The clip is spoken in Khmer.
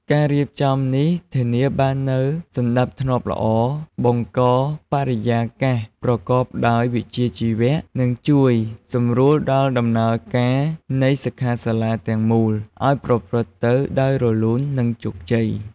ការរៀបចំនេះធានាបាននូវសណ្តាប់ធ្នាប់ល្អ បង្កបរិយាកាសប្រកបដោយវិជ្ជាជីវៈ និងជួយសម្រួលដល់ដំណើរការនៃសិក្ខាសាលាទាំងមូលឲ្យប្រព្រឹត្តទៅដោយរលូន និងជោគជ័យ។